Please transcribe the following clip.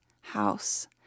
house